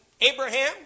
Abraham